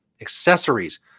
accessories